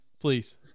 Please